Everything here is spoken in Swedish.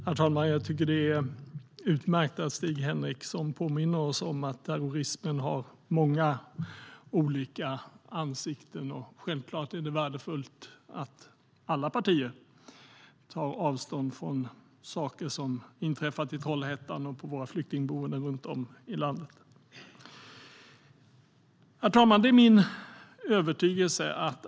Herr talman! Jag tycker att det är utmärkt att Stig Henriksson påminner oss om att terrorismen har många olika ansikten. Självklart är det värdefullt att alla partier tar avstånd från det som inträffat i Trollhättan och på våra flyktingboenden runt om i landet. Herr talman!